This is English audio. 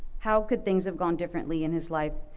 how could things have gone differently in his life?